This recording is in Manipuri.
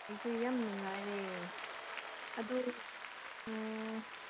ꯑꯩꯁꯨ ꯌꯥꯝ ꯅꯨꯡꯉꯥꯏꯔꯦ ꯑꯗꯨ ꯎꯝ